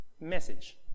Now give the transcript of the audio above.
Message